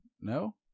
No